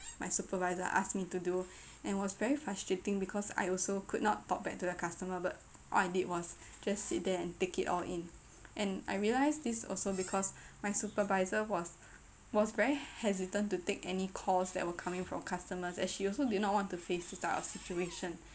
my supervisor asked me to do and it was very frustrating because I also could not talk back to the customer but all I did was just sit there and take it all in and I realise this also because my supervisor was was very hesitant to take any calls that were coming from customers and she also did not want to face this type of situation